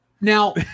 Now